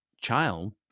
child